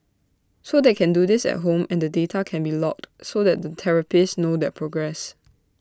so they can do this at home and the data can be logged so that the therapist knows their progress